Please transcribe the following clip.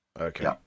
Okay